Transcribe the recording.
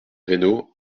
reynaud